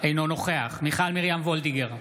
אינו נוכח מיכל מרים וולדיגר,